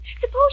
Suppose